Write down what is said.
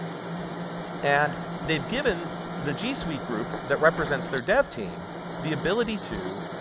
and they've given the g suite group that represents their dev team the ability to